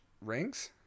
Rings